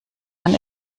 man